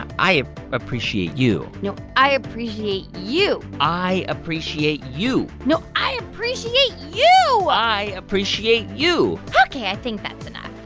um i ah appreciate you no, i appreciate you i appreciate you no, i appreciate you i appreciate you ok, i think that's enough.